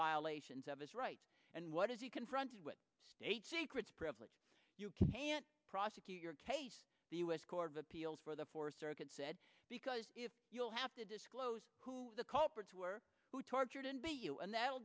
violations of his rights and what is he confronted with state secrets privilege you can't prosecute your case the u s court of appeals for the fourth circuit said because if you'll have to disclose who the culprits were who tortured be you and that